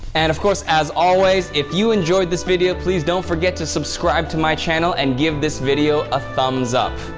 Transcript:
and of course, as always, if you enjoyed this video please don't forget to subscribe to my channel and give this video a thumbs up.